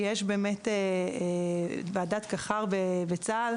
יש באמת ועדת קח"ר בצה"ל,